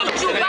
זה ההבדל.